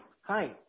Hi